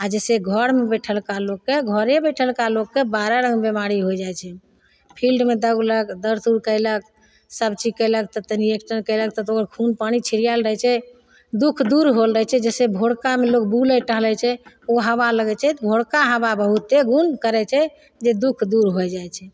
आओर जइसे घरमे बैठलका लोकके घरे बैठलका लोकके बारह रङ्ग बेमारी होइ जाइ छै फील्डमे दौगलक दौड़ धूप कएलक सबचीज कएलक तऽ तनि एकठाम कएलक तऽ खून पानी छिरिआएल रहै छै दुख दूर होल रहै छै जइसे भोरकामे लोक बुलै टहलै छै ओ हवा लगै छै भोरका हवा बहुते गुण करै छै जे दुख दूर होइ जाइ छै